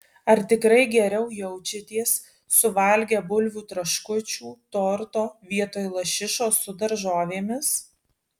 ar tikrai geriau jaučiatės suvalgę bulvių traškučių torto vietoj lašišos su daržovėmis